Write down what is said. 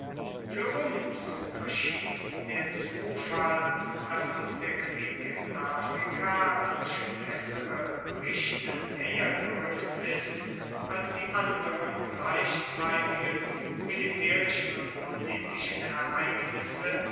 für uns verschiebt der zufall daß uns der krieg in afrika durch bessere berichte näher gerückt ist als die anderen gleichzeitigen militärischen und politischen ereignisse